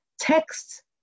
texts